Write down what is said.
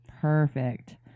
Perfect